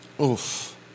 Oof